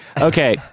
Okay